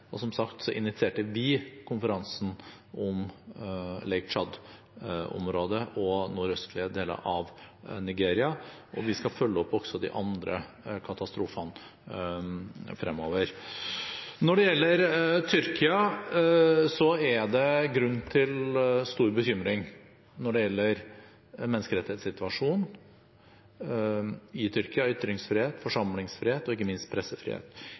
Som sagt initierte vi konferansen om nordøstlige deler av Nigeria og området rundt Tsjadsjøen, og vi skal også følge opp de andre katastrofene fremover. Når det gjelder Tyrkia, er det grunn til stor bekymring når det gjelder menneskerettighetssituasjonen – ytringsfrihet, forsamlingsfrihet og ikke minst pressefrihet.